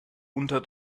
unter